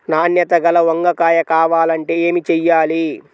నాణ్యత గల వంగ కాయ కావాలంటే ఏమి చెయ్యాలి?